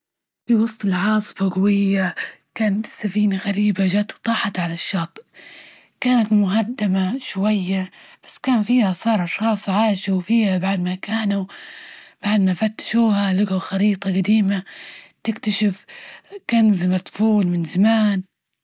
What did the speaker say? في وسط العاصفة جوية، كانت سفينة غريبة جت وطاحت على الشاطئ. كانت مهدمة شوية بس كان فيها اسرار أشخاص، عاشوا فيها بعد ما كانوا بعد ما فتشوها لجوا خريطة جديمة تكتشف كنز مدفون من زمان.